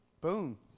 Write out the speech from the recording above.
Boom